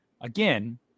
again